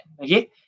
okay